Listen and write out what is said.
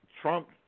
Trump